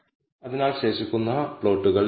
എന്തുകൊണ്ടാണ് 12 degree freedom